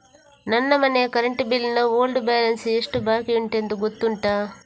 ನನ್ನ ಮನೆಯ current bill ನ ಓಲ್ಡ್ ಬ್ಯಾಲೆನ್ಸ್ ಎಷ್ಟು ಬಾಕಿಯುಂಟೆಂದು ಗೊತ್ತುಂಟ?